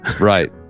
Right